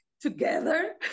together